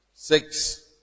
Six